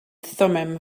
thummim